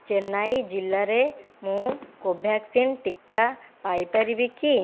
ଚେନ୍ନାଇ ଜିଲ୍ଲାରେ ମୁଁ କୋଭ୍ୟାକ୍ସିନ୍ ଟିକା ପାଇ ପାରିବି କି